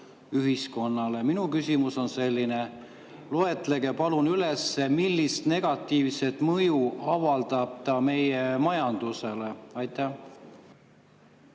ühiskonnale. Minu küsimus on selline. Loetlege palun üles, millist negatiivset mõju avaldab see meie majandusele. Aitäh,